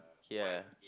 ya